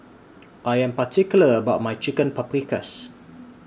I Am particular about My Chicken Paprikas